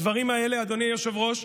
הדברים האלה, אדוני היושב-ראש,